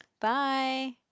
Bye